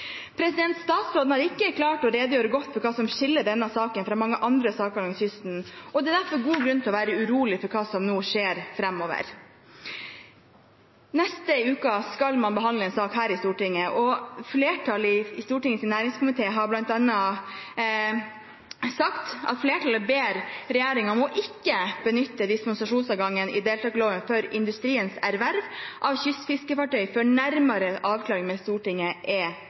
Statsråden har ikke klart å redegjøre godt for hva som skiller denne saken fra mange andre saker langs kysten, og det er derfor god grunn til å være urolig for hva som skjer framover. Neste uke skal man behandle en sak her i Stortinget, og flertallet i Stortingets næringskomité ber regjeringen om ikke å benytte dispensasjonsadgangen i deltakerloven for industriens erverv av kystfiskefartøy før nærmere avklaringer med Stortinget er